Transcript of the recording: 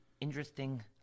interesting